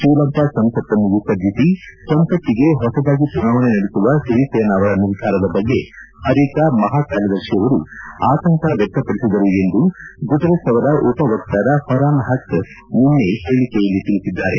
ಶ್ರೀಲಂಕಾ ಸಂಸತ್ತನ್ನು ವಿಸರ್ಜಿಸಿ ಸಂಸತ್ತಿಗೆ ಹೊಸದಾಗಿ ಚುನಾವಣೆ ನಡೆಸುವ ಸಿರಿಸೇನಾ ಅವರ ನಿರ್ಧಾರದ ಬಗ್ಗೆ ಅರಿತ ಮಹಾ ಕಾರ್ಯದರ್ಶಿಯವರು ಆತಂಕ ವ್ಯಕ್ತಪಡಿಸಿದರು ಎಂದು ಗುಟಿರೆಸ್ ಅವರ ಉಪ ವಕ್ತಾರ ಫರ್ನಾನ್ ಹಖ್ ನಿನ್ನೆ ಹೇಳಿಕೆಯಲ್ಲಿ ತಿಳಿಸಿದ್ದಾರೆ